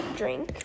drink